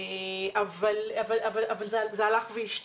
אבל זה הלך והשתנה.